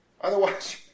Otherwise